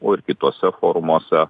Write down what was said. o ir kituose forumuose